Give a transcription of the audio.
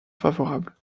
favorable